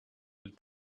would